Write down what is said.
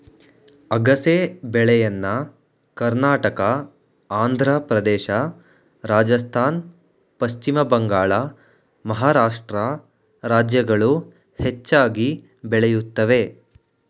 ಅಗಸೆ ಬೆಳೆಯನ್ನ ಕರ್ನಾಟಕ, ಆಂಧ್ರಪ್ರದೇಶ, ರಾಜಸ್ಥಾನ್, ಪಶ್ಚಿಮ ಬಂಗಾಳ, ಮಹಾರಾಷ್ಟ್ರ ರಾಜ್ಯಗಳು ಹೆಚ್ಚಾಗಿ ಬೆಳೆಯುತ್ತವೆ